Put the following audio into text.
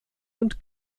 und